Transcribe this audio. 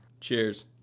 Cheers